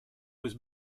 was